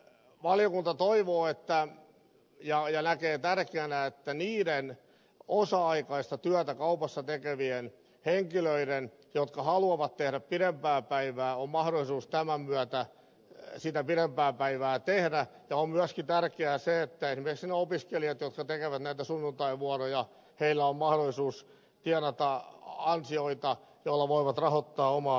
valiokunta toivoo ja näkee tärkeänä että niillä osa aikaista työtä kaupassa tekevillä henkilöillä jotka haluavat tehdä pidempää päivää on mahdollisuus tämän myötä sitä pidempää päivää tehdä ja on myöskin tärkeää se että esimerkiksi niillä opiskelijoilla jotka tekevät näitä sunnuntaivuoroja on mahdollisuus tienata ansioita joilla voivat rahoittaa omaa opiskeluaan